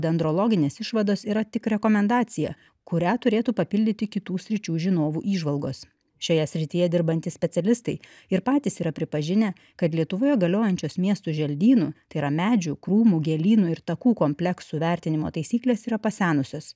dendrologinės išvados yra tik rekomendacija kurią turėtų papildyti kitų sričių žinovų įžvalgos šioje srityje dirbantys specialistai ir patys yra pripažinę kad lietuvoje galiojančios miestų želdynų tai yra medžių krūmų gėlynų ir takų kompleksų vertinimo taisyklės yra pasenusios